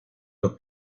los